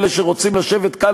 אלה שרוצים לשבת כאן,